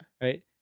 right